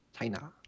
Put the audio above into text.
China